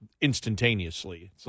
instantaneously